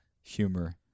humor